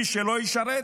מי שלא ישרת,